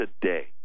today